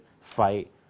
fight